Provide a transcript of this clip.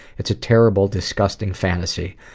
it's a terrible, disgusting fantasy.